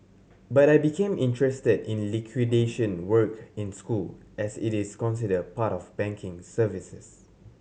but I became interested in liquidation work in school as it is considered part of banking services